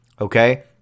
okay